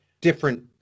different